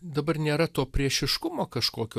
dabar nėra to priešiškumo kažkokio